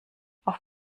auf